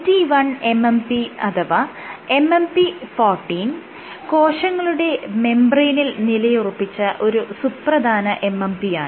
MT1 MMP അഥവാ MMP 14 കോശങ്ങളുടെ മെംബ്രേയ്നിൽ നിലയുറപ്പിച്ച ഒരു സുപ്രധാന MMP യാണ്